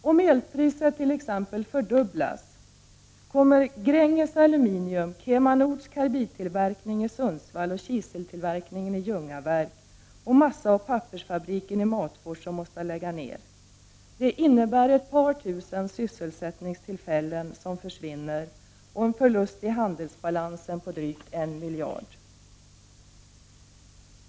Om t.ex. elpriset fördubblas kommer Gränges Aluminium, KemaNords karbidtillverkning i Sundsvall och kiseltillverkning i Ljungaverk samt massaoch pappersfabriken i Matfors att tvingas lägga ned. Detta innebär att ett par tusen arbeten försvinner och en förlust i handelsbalansen på drygt en miljard.